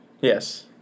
Yes